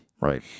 Right